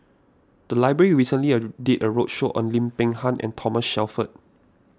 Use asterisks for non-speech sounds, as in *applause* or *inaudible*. the library recently *hesitation* did a roadshow on Lim Peng Han and Thomas Shelford